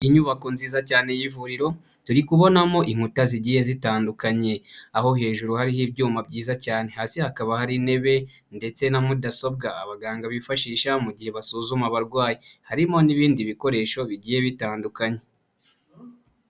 Inyubako nziza cyane y'ivuriro, turi kubonamo inkuta zigiye zitandukanye, aho hejuru hariho ibyuma byiza cyane, hasi hakaba hari intebe ndetse na mudasobwa abaganga bifashisha mu gihe basuzuma abarwayi, harimo n'ibindi bikoresho bigiye bitandukanye.